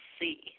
see